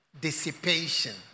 dissipation